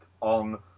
on